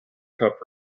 cup